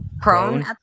prone